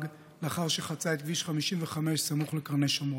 לאחר שחצה את כביש 55 סמוך לקרני שומרון.